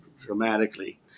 dramatically